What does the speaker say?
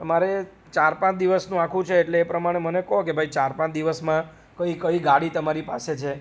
મારે ચાર પાંચ દિવસનું આખું છે એટલે એ પ્રમાણે મને કહોકે ભાઈ ચાર પાંચ દિવસમાં કઈ કઈ ગાડી તમારી પાસે છે